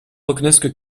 reconnaissent